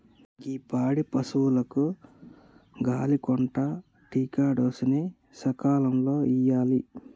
గీ పాడి పసువులకు గాలి కొంటా టికాడోస్ ని సకాలంలో ఇయ్యాలి